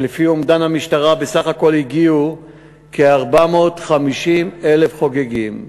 ולפי אומדן המשטרה בסך הכול הגיעו כ-450,000 חוגגים